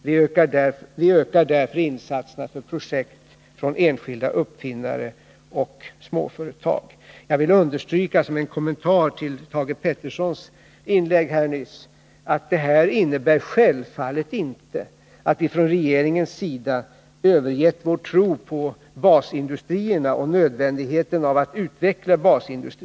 Vi ökar därför insatserna för projekt från enskilda uppfinnare och småföretag. Jag vill som en kommentar till Thage Petersons inlägg här nyss understryka, att denna inriktning självfallet inte innebär att vi från regeringens sida överger vår tro på basindustrierna och på nödvändigheten av att utveckla dessa.